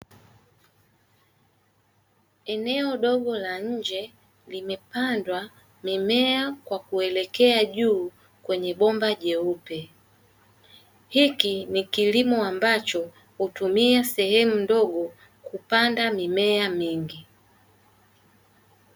Eneo dogo la nje limepandwa mimea kwa kuelekea juu kwenye bomba jeupe, hiki ni kilimo ambacho hutumia sehemu ndogo kupanda mimea mingi.